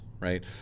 Right